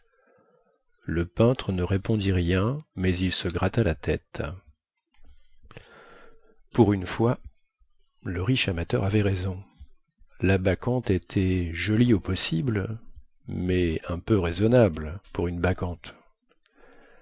le peintre ne répondit rien mais il se gratta la tête pour une fois le riche amateur avait raison la bacchante était jolie au possible mais un peu raisonnable pour une bacchante